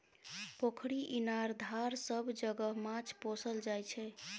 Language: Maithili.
पोखरि, इनार, धार सब जगह माछ पोसल जाइ छै